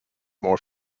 more